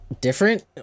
different